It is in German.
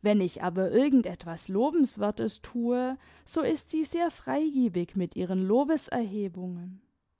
wenn ich aber irgend etwas lobenswertes thue so ist sie sehr freigebig mit ihren